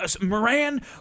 Moran